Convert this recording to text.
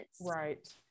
Right